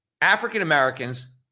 African-Americans